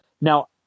Now